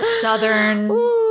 southern